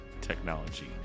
technology